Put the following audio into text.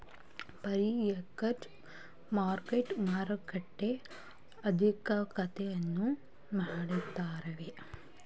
foreign exchange market ಮಾರುಕಟ್ಟೆ ಆರ್ಥಿಕತೆಯನ್ನು ಮಾಡುತ್ತವೆ